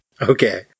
Okay